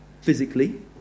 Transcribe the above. physically